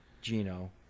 Gino